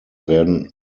werden